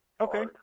Okay